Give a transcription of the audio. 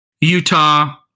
Utah